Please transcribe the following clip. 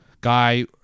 Guy